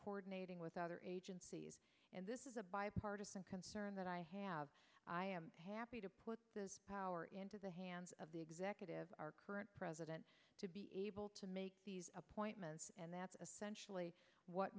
coordinating with other agencies and this is a bipartisan concern that i have i am happy to put the power into the hands of the executive our current president to be able to make these appointments and that's essentially what